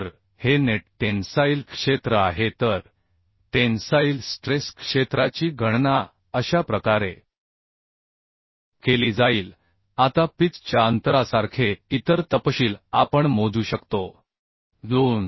तर हे net tensile क्षेत्र आहे तर टेन्साईल स्ट्रेस क्षेत्राची गणना अशा प्रकारे केली जाईल आता पिच च्या अंतरासारखे इतर तपशील आपण मोजू शकतो 2